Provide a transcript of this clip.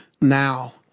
now